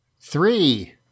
Three